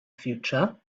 future